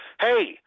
hey